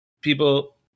people